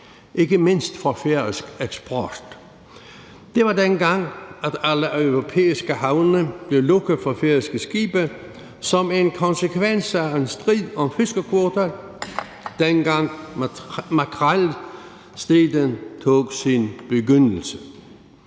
ikke mindst for færøsk eksport. Det var dengang, at alle europæiske havne blev lukket for færøske skibe som en konsekvens af en strid om fiskekvoter, dengang makrelstriden tog sin begyndelse.